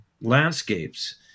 landscapes